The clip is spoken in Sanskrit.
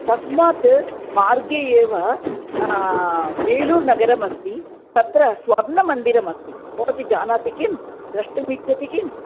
तस्मात् मार्गे एव वेलूर् नगरमस्ति तत्र स्वर्णमन्दिरमस्ति भवती जानाति किं द्रष्टुमिच्छति किम्